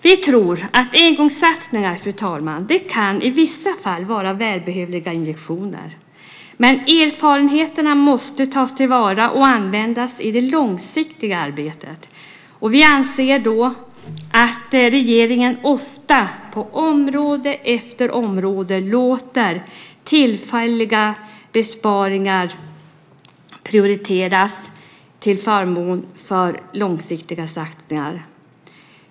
Vi tror att engångssatsningar i vissa fall kan vara välbehövliga injektioner, och erfarenheterna måste tas till vara och användas i det långsiktiga arbetet. Vi menar att regeringen på område efter område ofta låter tillfälliga besparingar prioriteras till men för långsiktiga satsningar.